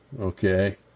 Okay